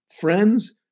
friends